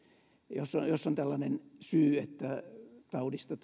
jos on jos on tällainen syy että taudista